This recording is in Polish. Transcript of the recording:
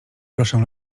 proszę